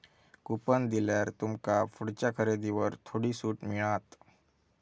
coupon दिल्यार तुमका पुढच्या खरेदीवर थोडी सूट मिळात